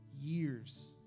years